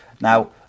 Now